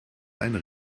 einen